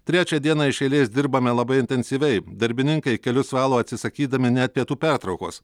trečią dieną iš eilės dirbame labai intensyviai darbininkai kelius valo atsisakydami net pietų pertraukos